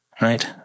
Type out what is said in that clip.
right